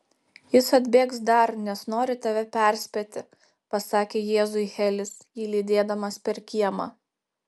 jis atbėgs dar nes nori tave perspėti pasakė jėzui helis jį lydėdamas per kiemą